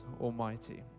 Almighty